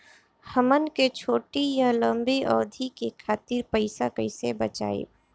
हमन के छोटी या लंबी अवधि के खातिर पैसा कैसे बचाइब?